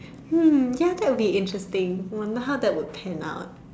ya that would be interesting I wonder how that would pan out